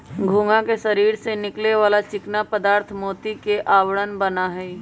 घोंघा के शरीर से निकले वाला चिकना पदार्थ मोती के आवरण बना हई